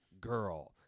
girl